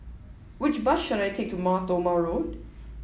which bus should I take to Mar Thoma Road